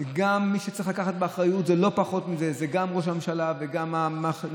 מי שצריכים לקחת אחריות לא פחות מזה זה גם ראש הממשלה וגם מחליף